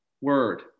word